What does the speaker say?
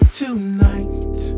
tonight